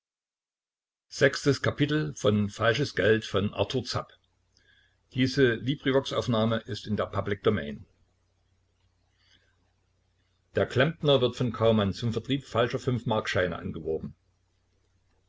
der klempner wird von kaumann zum vertrieb falscher fünfmarkscheine angeworben